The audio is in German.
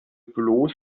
bloß